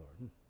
Lord